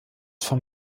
vom